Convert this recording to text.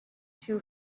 too